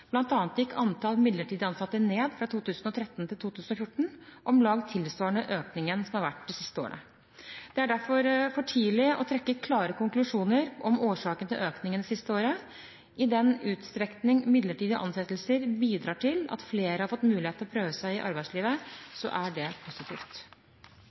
gikk antallet midlertidig ansatte ned fra 2013 til 2014 om lag tilsvarende økningen som har vært det siste året. Det er derfor for tidlig å trekke klare konklusjoner om årsakene til økningen det siste året. I den utstrekning midlertidige ansettelser bidrar til at flere har fått mulighet til å prøve seg i